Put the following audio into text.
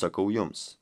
sakau jums